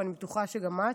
ואני בטוחה שגם את,